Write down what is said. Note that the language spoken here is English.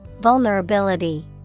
Vulnerability